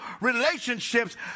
relationships